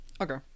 Okay